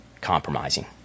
compromising